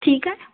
ठीक आहे